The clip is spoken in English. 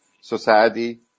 society